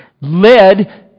led